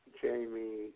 Jamie